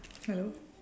hello